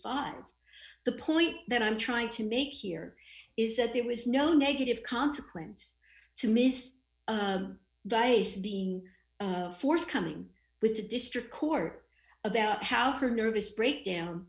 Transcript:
five the point that i'm trying to make here is that there was no negative consequence to miss the race being forthcoming with the district court about how her nervous breakdown